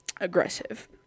aggressive